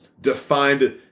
defined